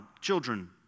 children